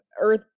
earth